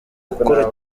gukora